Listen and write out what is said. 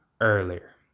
earlier